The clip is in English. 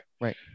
Right